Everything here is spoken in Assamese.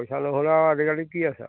পইচা নহ'লে আৰু আজিকালি কি আছে আৰু